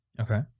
Okay